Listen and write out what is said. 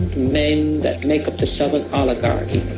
men that make up the southern oligarchy.